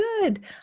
good